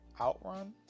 outrun